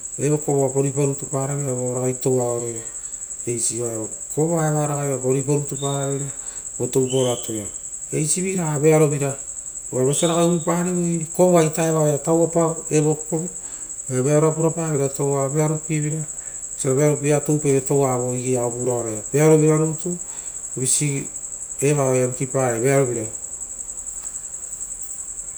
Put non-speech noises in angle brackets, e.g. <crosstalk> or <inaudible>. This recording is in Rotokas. Evo kovo oapa riipa rutu para veira vo ragai touavoia. Kovoa eva ragai oapa riipa rutu paraveria, votoupaoro atoia <noise> eisiviraga vearovira. Oire vosia ragai uvuparivoi kovoa ita eva oaia tauvapa, evokovo vearoa purapaveira toua vearo pie vira toupaive toua vo egei aoia vo vuraroia, vearovira rutu visi eva oaia vikipavai vearovira.